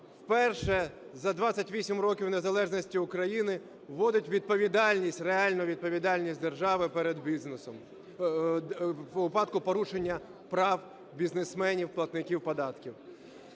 вперше за 28 років незалежності України вводить відповідальність, реальну відповідальність держави перед бізнесом, у випадку порушення прав бізнесменів платників податків.